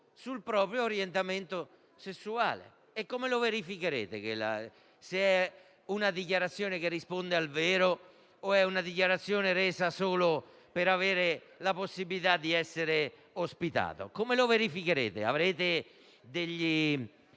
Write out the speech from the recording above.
sul proprio orientamento sessuale. E come verificherete se la dichiarazione risponderà al vero o se sarà resa solo per avere la possibilità di essere ospitati? Come lo verificherete? Avrete soggetti